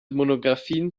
monographien